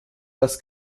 das